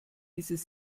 dieses